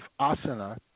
asana